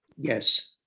Yes